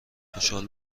خوشحال